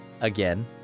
again